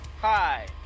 Hi